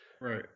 right